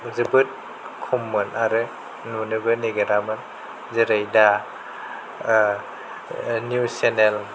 जोबोद खममोन आरो नुनोबो नागिरा मोन जेरै दा निउज चेनेल